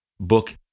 book